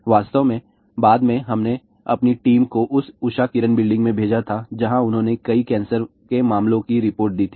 वास्तव में बाद में हमने अपनी टीम को उस उषा किरण बिल्डिंग भेजा था जहाँ उन्होंने कई कैंसर के मामलों की रिपोर्ट दी थी